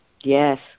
Yes